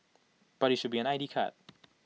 but IT should be an I D card